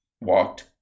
Walked